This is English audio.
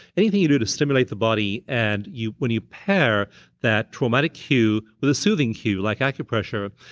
anything you do to stimulate the body, and you when you pair that traumatic cue with a soothing cue like acupressure,